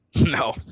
No